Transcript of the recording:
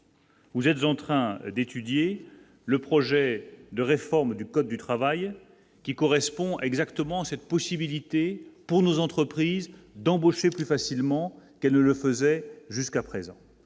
Vous êtes en train d'étudier le projet de réforme du code du travail qui correspond exactement cette possibilité pour nos entreprises d'embaucher plus facilement qu'elle ne le faisait jusqu'à présent,